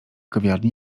kawiarni